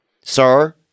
sir